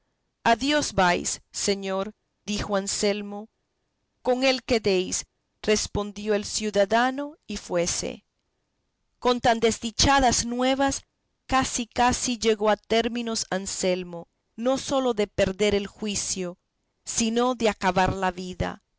dios vais señor dijo anselmo con él quedéis respondió el ciudadano y fuese con tan desdichadas nuevas casi casi llegó a términos anselmo no sólo de perder el juicio sino de acabar la vida